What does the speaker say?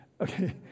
okay